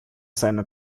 seiner